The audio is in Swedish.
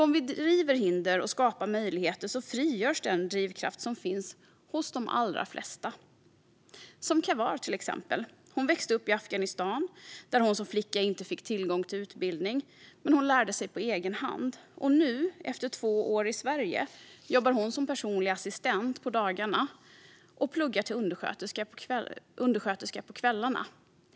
Om vi river hinder och skapar möjligheter frigörs den drivkraft som finns hos de allra flesta. Den finns exempelvis hos Kahwar. Hon växte upp i Afghanistan där hon som flicka inte fick tillgång till utbildning, men hon lärde sig på egen hand. Efter två i Sverige jobbar hon nu som personlig assistent på dagarna och pluggar till undersköterska på kvällarna.